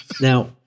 Now